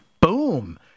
boom